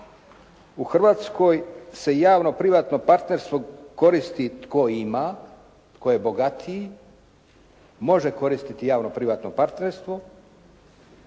u Hrvatskoj se javno-privatno partnerstvo tko ima, tko je bogatiji može koristiti javno-privatno partnerstvo,